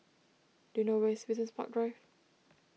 do you know where is Business Park Drive